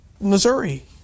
Missouri